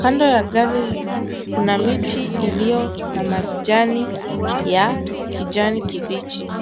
Kando ya gari hilo kuna miti iliyo na majani ya kijani kibichi.